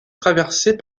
traversée